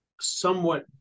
somewhat